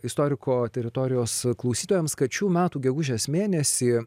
istoriko teritorijos klausytojams kad šių metų gegužės mėnesį